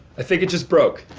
i think it just broke.